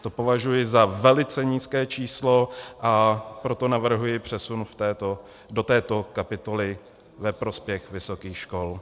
To považuji za velice nízké číslo, a proto navrhuji přesun do této kapitoly ve prospěch vysokých škol.